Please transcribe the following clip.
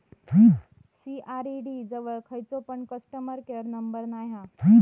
CRED जवळ खयचो पण कस्टमर केयर नंबर नाय हा